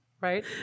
right